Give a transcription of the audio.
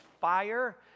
fire